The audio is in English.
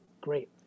great